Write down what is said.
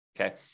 okay